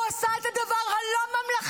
הוא עשה את הדבר הלא-ממלכתי,